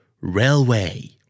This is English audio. Railway